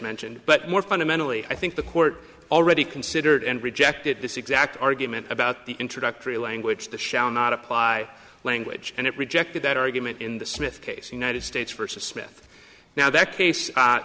mentioned but more fundamentally i think the court already considered and rejected this exact argument about the introductory language the shall not apply when which and it rejected that argument in the smith case united states versus smith now that case